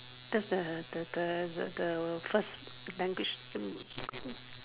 that's a the the the the first language to